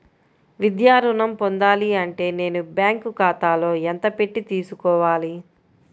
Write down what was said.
విద్యా ఋణం పొందాలి అంటే నేను బ్యాంకు ఖాతాలో ఎంత పెట్టి తీసుకోవాలి?